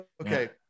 okay